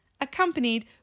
accompanied